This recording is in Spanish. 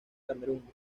camerún